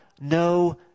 no